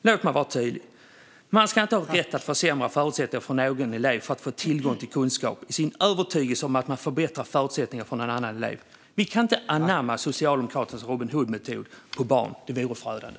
Låt mig vara tydlig: Man ska inte ha rätt att försämra förutsättningarna för en elev att få tillgång till kunskap i sin övertygelse om att man förbättrar förutsättningarna för en annan elev. Vi kan inte anamma Socialdemokraternas Robin Hood-metod på barn. Det vore förödande.